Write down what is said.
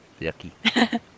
yucky